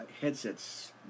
headsets